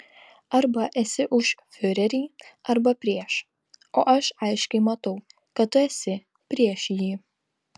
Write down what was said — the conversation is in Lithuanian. arba esi už fiurerį arba prieš o aš aiškiai matau kad tu esi prieš jį